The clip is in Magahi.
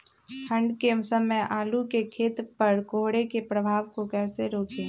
ठंढ के समय आलू के खेत पर कोहरे के प्रभाव को कैसे रोके?